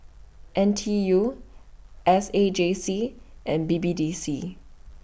N T U S A J C and B B D C